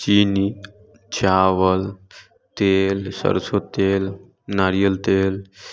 चीनी चावल तेल सरसों तेल नारियल तेल